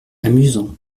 amusant